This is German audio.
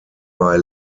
bei